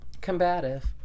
Combative